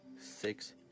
six